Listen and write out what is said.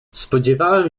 spodziewałem